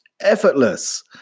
effortless